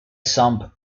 sump